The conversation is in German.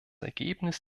ergebnis